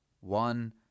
One